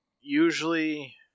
usually